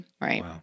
right